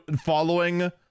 Following